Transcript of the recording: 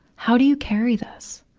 how do you carry this?